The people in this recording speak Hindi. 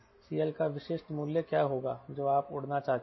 CL का विशिष्ट मूल्य क्या होगा जो आप उड़ना चाहते हैं